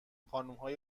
خانمهای